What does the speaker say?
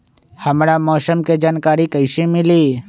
हमरा मौसम के जानकारी कैसी मिली?